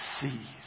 sees